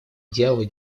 идеалы